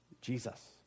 Jesus